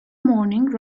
morning